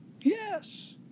Yes